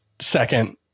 second